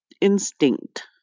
instinct